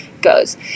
goes